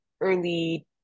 early